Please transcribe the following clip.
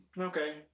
okay